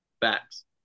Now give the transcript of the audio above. facts